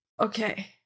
Okay